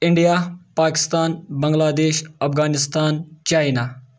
India Pakistan Bangladesh Afghanistan China